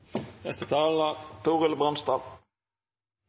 Neste taler